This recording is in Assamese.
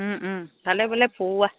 ভালে বোলে ফুৰোৱা